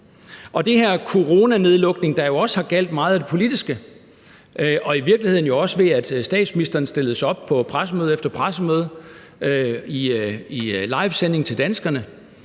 den her coronanedlukning har jo også gjaldt meget af det politiske. At statsministeren stillede sig op på pressemøde efter pressemøde i live-tv til danskerne,